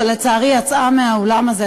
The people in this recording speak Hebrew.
שלצערי יצאה מהאולם הזה,